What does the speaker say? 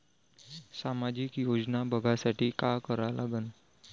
सामाजिक योजना बघासाठी का करा लागन?